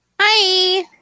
Hi